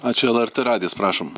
ačiū lrt radijas prašom